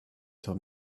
told